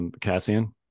Cassian